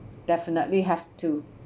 definitely have to